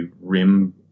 rim